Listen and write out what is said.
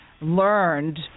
learned